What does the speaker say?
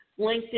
LinkedIn